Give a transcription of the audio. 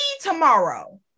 tomorrow